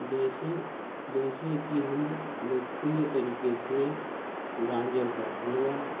जैसे जैसे कि हम लोकप्रिय तरीके से गाजर का हलवा